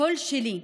הקול שלי,